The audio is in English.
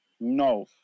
No